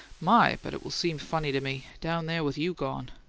my, but it will seem funny to me down there with you gone!